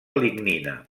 lignina